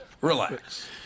Relax